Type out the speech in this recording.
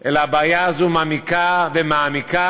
אלא הבעיה הזו מעמיקה ומעמיקה,